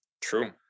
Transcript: True